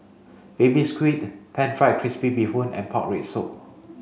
baby squid pan fried crispy bee Hoon and pork rib soup